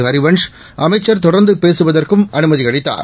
Harivansh அமைச்சர்தொடர்ந்துபேசுவதற்குஅனுமதிஅளித்தார்